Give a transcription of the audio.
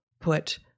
put